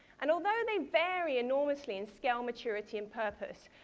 and although they vary enormously in scale, maturity and purpose,